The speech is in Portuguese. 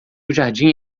jardim